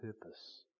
purpose